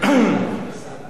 אף אחד לפניו לא ניסה.